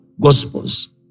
Gospels